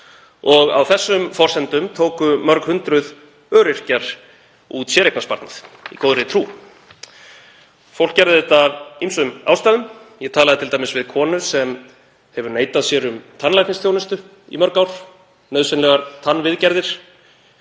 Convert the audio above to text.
Á þessum forsendum tóku mörg hundruð öryrkjar út séreignarsparnað í góðri trú. Fólk gerði þetta af ýmsum ástæðum. Ég talaði t.d. við konu sem hefur neitað sér um tannlæknisþjónustu í mörg ár, nauðsynlegar tannviðgerðir,